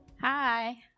Hi